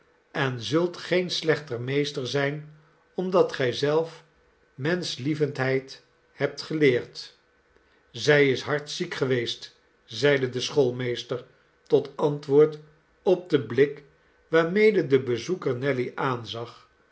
en zult geen slechter meester zijn omdat gij zelf menschlievendheid hebt geleerd zij is hard ziek geweest zeide de schoolmeester tot antwoord op den blik waarmede de bezoeker nelly aanzag